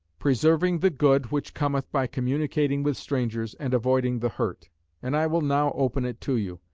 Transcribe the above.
preserving the good which cometh by communicating with strangers, and avoiding the hurt and i will now open it to you.